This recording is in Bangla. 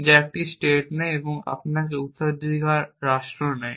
যা একটি স্টেট নেয় এবং আপনাকে উত্তরাধিকারী রাষ্ট্র দেয়